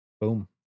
boom